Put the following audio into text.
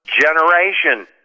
Generation